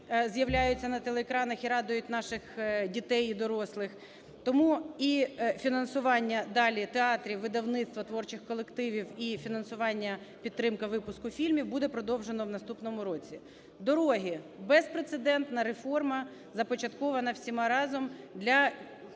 з'являються на телеканалах і радують наших дітей і дорослих. Тому і фінансування далі театрів, видавництв, творчих колективів, і фінансування, підтримка випуску фільмів буде продовжено в наступному році. Дороги. Безпрецедентна реформа, започаткована всіма разом для,